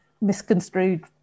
misconstrued